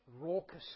raucous